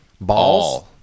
balls